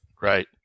Right